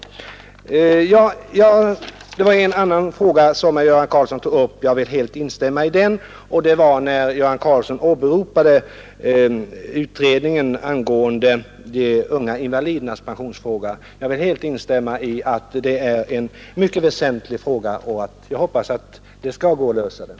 Det var en annan sak som herr Göran Karlsson tog upp och där jag vill helt instämma med honom. Det gällde hans åberopande av utredningen angående de unga invalidernas pensionsfråga. Jag vill helt instämma i att det är en mycket väsentlig fråga, och jag hoppas att det skall gå att lösa den.